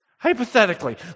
hypothetically